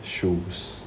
shoes